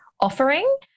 offering